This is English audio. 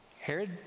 Herod